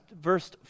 Verse